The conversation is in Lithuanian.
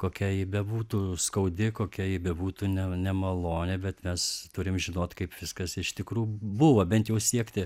kokia ji bebūtų skaudi kokia ji bebūtų ne nemaloni bet mes turim žinot kaip viskas iš tikrųjų buvo bent jau siekti